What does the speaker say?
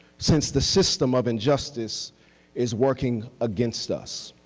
since the system of injustice is working against us.